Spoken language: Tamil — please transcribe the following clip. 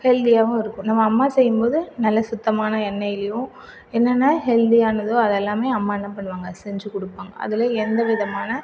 ஹெல்தியாகவும் இருக்கும் நம்ம அம்மா செய்யும் போது நல்ல சுத்தமான எண்ணைலையும் என்னென்ன ஹெல்தியானதோ அது எல்லாமே அம்மா என்ன பண்ணுவாங்க அம்மா செஞ்சு கொடுப்பாங்க அதில் எந்த விதமான